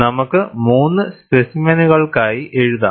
നമുക്ക് മൂന്ന് സ്പെസിമെനുകൾക്കായി എഴുതാം